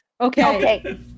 Okay